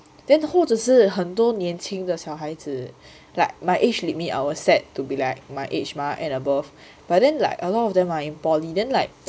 then 只是很多年轻的小孩子 like my age limit I will set to be like my age mah and above but then like a lot of them are in poly then like